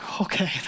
Okay